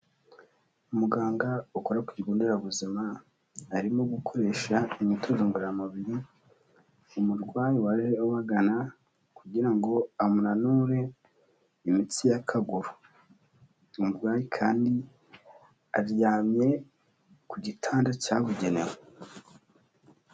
Umuganga ukora ku kigo nderabuzima, arimo gukoresha imyitozo ngororamubiri umurwayi waje ubagana, kugira ngo amunure imitsi y'akaguru. Umurwayi kandi aryamye ku gitanda cyabugenewe.